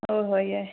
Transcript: ꯍꯣ ꯍꯣꯏ ꯌꯥꯏ